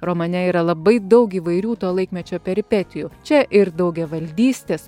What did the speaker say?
romane yra labai daug įvairių to laikmečio peripetijų čia ir daugiavaldystės